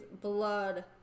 blood